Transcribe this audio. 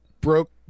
broke